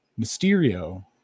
Mysterio